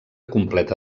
completa